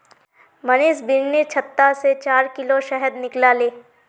मनीष बिर्निर छत्ता से चार किलो शहद निकलाले